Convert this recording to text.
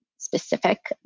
specific